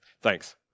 Thanks